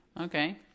Okay